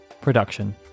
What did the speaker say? production